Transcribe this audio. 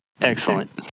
excellent